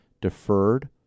deferred